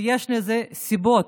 ויש לזה סיבות.